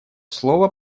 слово